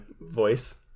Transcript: voice